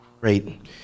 Great